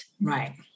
Right